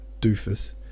doofus